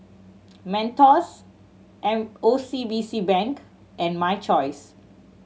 Mentos M O C B C Bank and My Choice